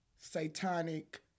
satanic